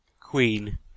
Queen